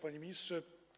Panie Ministrze!